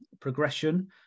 progression